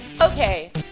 Okay